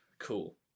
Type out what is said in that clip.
cool